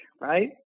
Right